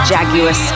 Jaguar